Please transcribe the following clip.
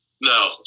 No